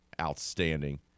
Outstanding